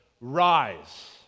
rise